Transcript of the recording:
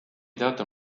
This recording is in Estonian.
teatel